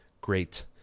great